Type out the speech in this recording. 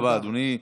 תודה רבה, אדוני.